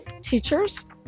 teachers